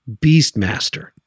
Beastmaster